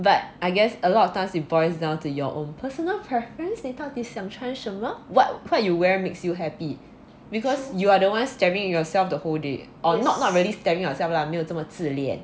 but I guess a lot of time it boils down to your own personal preference 你到底想穿什么 what what you wear makes you happy because you are the one staring at yourself the whole day or not not really staring yourself lah 没有这么自恋